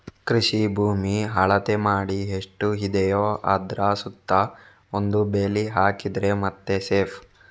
ಕೃಷಿ ಭೂಮಿ ಅಳತೆ ಮಾಡಿ ಎಷ್ಟು ಇದೆಯೋ ಅದ್ರ ಸುತ್ತ ಒಂದು ಬೇಲಿ ಹಾಕಿದ್ರೆ ಮತ್ತೆ ಸೇಫ್